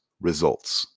results